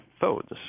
phones